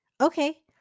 Okay